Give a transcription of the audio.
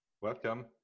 welcome